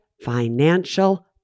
financial